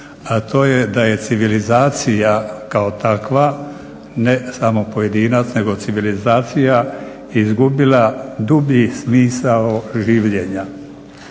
a to je da je civilizacija kao takva ne samo pojedinac nego civilizacija izgubila dublji smisao življenja.